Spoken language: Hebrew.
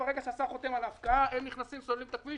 ברגע שהשר חותם על ההפקעה הם נכנסים וסוללים את הכביש.